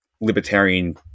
Libertarian